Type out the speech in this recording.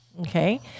Okay